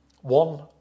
one